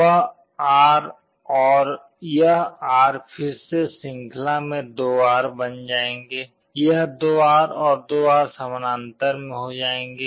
वो R और यह R फिर से श्रृंखला में 2R बन जायेंगे यह 2R और 2R समानांतर में हो जायेंगे